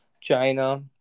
China